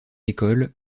école